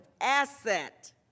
asset